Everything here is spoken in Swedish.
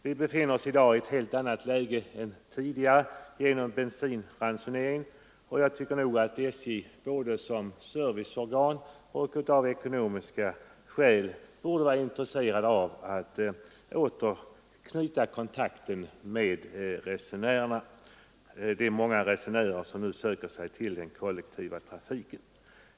Vi befinner oss nu i ett helt annat läge än tidigare genom bensinransoneringen, och jag tycker att SJ både som serviceorgan och av ekonomiska skäl borde ha intresse av att återknyta kontakten med resenärerna — de många resenärer som nu söker sig till den kollektiva trafiken.